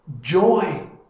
joy